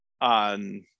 on